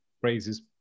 phrases